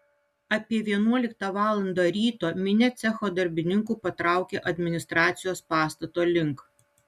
apie vienuoliktą valandą ryto minia cecho darbininkų patraukė administracijos pastato link